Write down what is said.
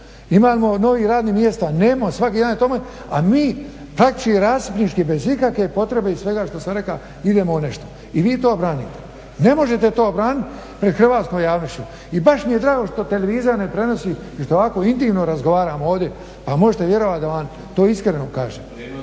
Imamo li novih radnih mjesta? Nemamo. A mi praktički rasipnički bez ikakve potrebe i svega što sam rekao idemo u nešto. I vi to branite? Ne možete to obraniti pred hrvatskom javnošću. I baš mi je drago što televizija ne prenosi i što ovako intimno razgovaramo ovdje pa možete vjerovati da vam to iskreno kažem